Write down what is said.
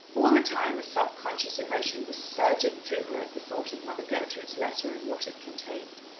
all the time a subconscious emotion was surging through her at the thought of mother gertrude's letter and what it contained.